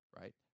right